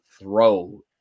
throw